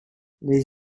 les